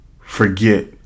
forget